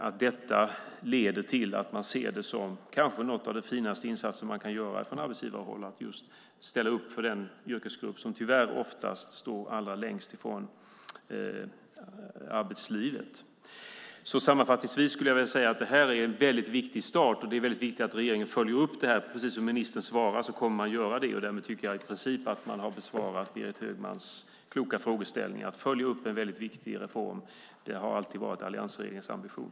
Det ska leda till att man ser det som en av de kanske finaste insatser man från arbetsgivarhåll kan göra, att ställa upp för den grupp som tyvärr oftast står allra längst från arbetslivet. Sammanfattningsvis skulle jag vilja säga att Kulturarvslyftet är en viktig start, och det är viktigt att regeringen följer upp den. Precis som ministern sade kommer man också att göra det, och därmed tycker jag att Berit Högmans kloka frågeställningar i princip har besvarats. Att följa upp en viktig reform har alltid varit alliansregeringens ambition.